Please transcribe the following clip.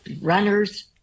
runners